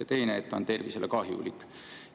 ja teine, et see on tervisele kahjulik.